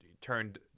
turned